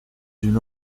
une